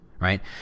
Right